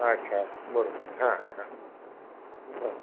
अच्छा बरोबर हां हां हां बरं